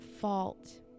fault